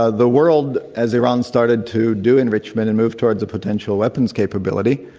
ah the world, as iran started to do enrichment and move toward the potential weapons capability,